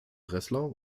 breslau